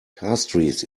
castries